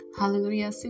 Hallelujah